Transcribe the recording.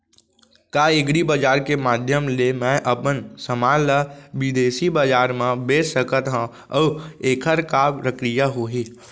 का एग्रीबजार के माधयम ले मैं अपन समान ला बिदेसी बजार मा बेच सकत हव अऊ एखर का प्रक्रिया होही?